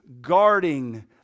guarding